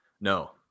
No